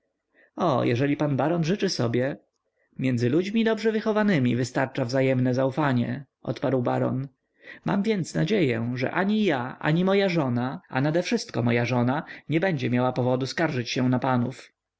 o jeżeli pan baron życzy sobie między ludźmi dobrze wychowanymi wystarcza wzajemne zaufanie odparł baron mam więc nadzieję że ani ja ani moja żona a nadewszystko moja żona nie będzie miała powodu skarżyć się na panów